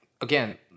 again